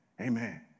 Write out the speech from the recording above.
Amen